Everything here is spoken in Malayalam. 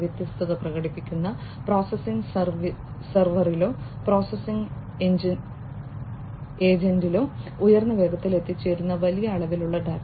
വ്യത്യസ്തത പ്രകടിപ്പിക്കുന്ന പ്രോസസ്സിംഗ് സെർവറിലോ പ്രോസസ്സിംഗ് ഏജന്റിലോ ഉയർന്ന വേഗതയിൽ എത്തിച്ചേരുന്ന വലിയ അളവിലുള്ള ഡാറ്റ